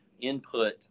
input